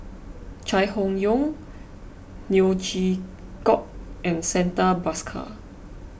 Chai Hon Yoong Neo Chwee Kok and Santha Bhaskar